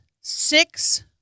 six